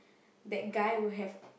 that guy will have